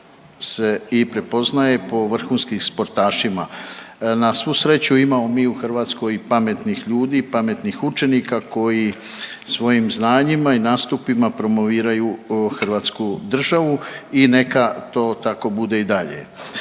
se i prepoznaje po vrhunskim sportašima. Na svu sreću imamo mi u Hrvatskoj i pametnih ljudi, pametnih učenika koji svojim znanjima i nastupima promoviraju Hrvatsku državu i neka to tako bude i dalje.